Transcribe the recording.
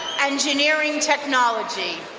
engineering technology.